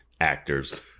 actors